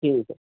ठीक आहे